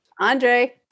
Andre